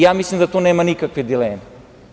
Ja mislim da tu nema nikakve dileme.